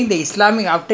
these are the theatres